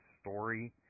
story